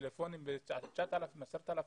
טלפונים ב9,000-10,000